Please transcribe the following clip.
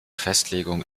festlegung